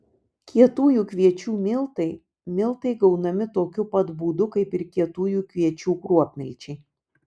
kietųjų kviečių miltai miltai gaunami tokiu pat būdu kaip ir kietųjų kviečių kruopmilčiai